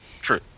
True